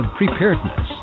preparedness